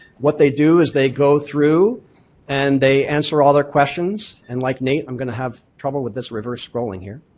what they do is they go through and they answer all their questions and like nate i'm gonna have trouble with this reverse scrolling here.